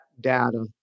data